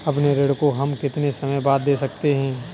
अपने ऋण को हम कितने समय बाद दे सकते हैं?